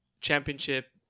championship